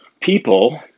people